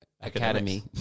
Academy